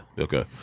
Okay